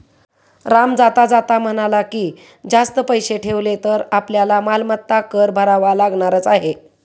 राम जाता जाता म्हणाला की, जास्त पैसे ठेवले तर आपल्याला मालमत्ता कर भरावा लागणारच आहे